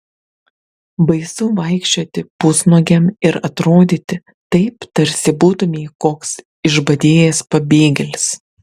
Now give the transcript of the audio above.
baisu vaikščioti pusnuogiam ir atrodyti taip tarsi būtumei koks išbadėjęs pabėgėlis